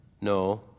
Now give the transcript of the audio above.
No